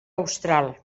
austral